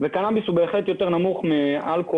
וקנאביס הוא בהחלט יותר נמוך מאלכוהול